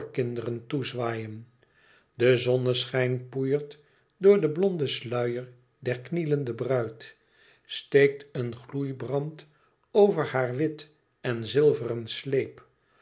toezwaaien de zonneschijn poeiert door den blonden sluier der knielende bruid steekt een gloeibrand over haar wit en zilveren sleep